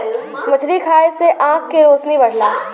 मछरी खाये से आँख के रोशनी बढ़ला